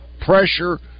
pressure